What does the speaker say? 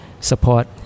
support